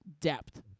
depth